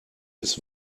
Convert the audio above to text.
ist